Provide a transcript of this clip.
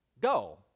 go